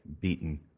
beaten